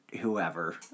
whoever